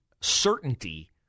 certainty